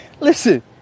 listen